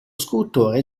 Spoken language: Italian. scultore